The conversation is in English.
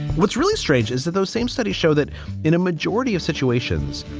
what's really strange is that those same studies show that in a majority of situations,